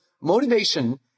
motivation